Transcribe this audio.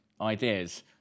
ideas